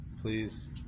please